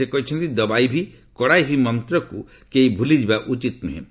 ସେ କହିଛନ୍ତି 'ଦବାଇ ଭି କଡାଇ ଭି' ମନ୍ତକୁ କେହି ଭୁଲିଯିବା ଉଚିତ୍ ନୁହେଁ